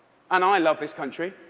and i love this country.